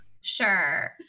Sure